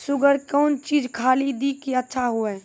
Sugar के कौन चीज खाली दी कि अच्छा हुए?